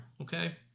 okay